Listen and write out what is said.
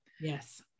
Yes